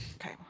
Okay